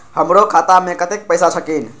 हमरो खाता में कतेक पैसा छकीन?